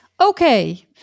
Okay